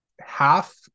half